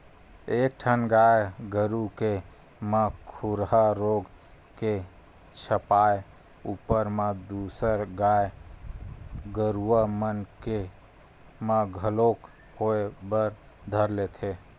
एक ठन गाय गरु के म खुरहा रोग के छपाय ऊपर म दूसर गाय गरुवा मन के म घलोक होय बर धर लेथे